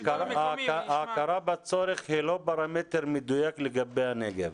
ההכרה בצורך היא לא פרמטר מדויק לגבי הנגב,